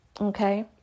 Okay